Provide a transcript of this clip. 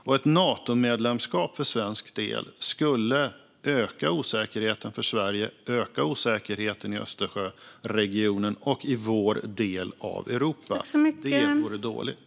Ett svenskt Natomedlemskap skulle öka osäkerheten för Sverige och öka osäkerheten i Östersjöregionen och i vår del av Europa. Det vore dåligt.